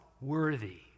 worthy